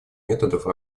методов